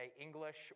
English